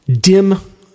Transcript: dim